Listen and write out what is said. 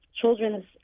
Children's